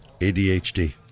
ADHD